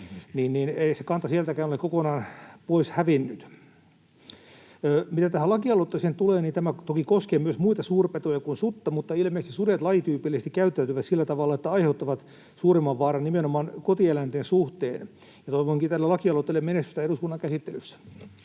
ei se kanta sieltäkään ole kokonaan pois hävinnyt. Mitä tähän lakialoitteeseen tulee, niin tämä toki koskee myös muita suurpetoja kuin sutta, mutta ilmeisesti sudet lajityypillisesti käyttäytyvät sillä tavalla, että aiheuttavat suurimman vaaran nimenomaan kotieläinten suhteen. Toivonkin tälle lakialoitteelle menestystä eduskunnan käsittelyssä.